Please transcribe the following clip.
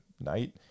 night